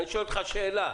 אני שואל אותך שאלה.